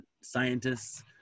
scientists